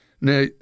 Now